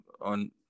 on